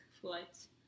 flights